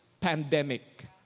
pandemic